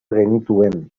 genituen